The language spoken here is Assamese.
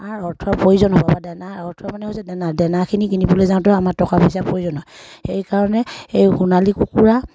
আমাৰ অৰ্থৰ প্ৰয়োজন হ'ব বা দানা অৰ্থৰ মানে হৈছে দানা দেনাখিনি কিনিবলৈ যাওঁতে আমাৰ টকা পইচা প্ৰয়োজন হয় সেইকাৰণে এই সোণালী কুকুৰা